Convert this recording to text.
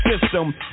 system